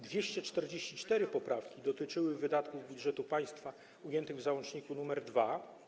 244 poprawki dotyczyły wydatków budżetu państwa ujętych w załączniku nr 2.